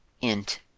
int